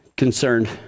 concerned